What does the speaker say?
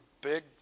big